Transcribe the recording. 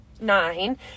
nine